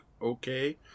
okay